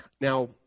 Now